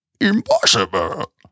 Impossible